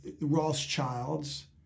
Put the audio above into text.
Rothschilds